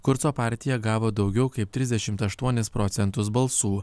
kurco partija gavo daugiau kaip trisdešimt aštuonis procentus balsų